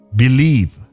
believe